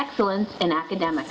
excellent and academic